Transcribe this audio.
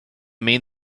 mean